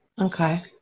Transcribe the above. Okay